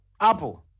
Apple